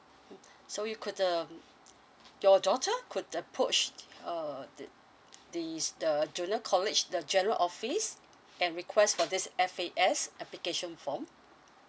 so you could um your daughter could approach uh the these the junior college the general office and request for this F_A_S application form